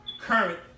current